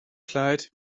kleid